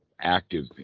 active